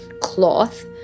cloth